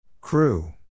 Crew